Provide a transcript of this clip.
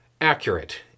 accurate